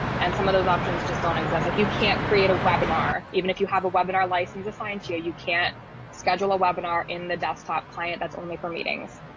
and some of those options just don't exist like you can't create a webinar, even if you have a webinar license assigned to you, you can't schedule a webinar in the desktop client that's only for meetings.